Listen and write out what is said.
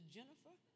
Jennifer